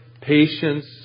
patience